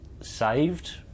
saved